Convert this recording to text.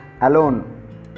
alone